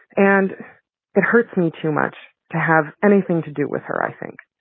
and it hurts me too much to have anything to do with her, i think.